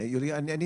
יוליה,